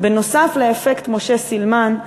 נוסף על אפקט משה סילמן,